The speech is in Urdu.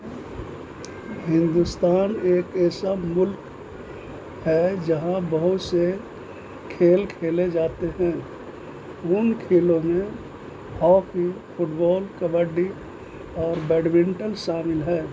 ہندوستان ایک ایسا ملک ہے جہاں بہت سے کھیل کھیلے جاتے ہیں ان کھیلوں میں ہاکی فٹ بال کبڈی اور بیڈمنٹن شامل ہے